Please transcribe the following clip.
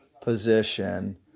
position